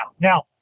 Now